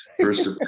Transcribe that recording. first